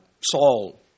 Saul